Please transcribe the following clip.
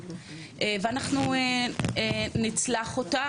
ואנחנו נצלח אותה,